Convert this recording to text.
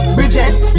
Bridget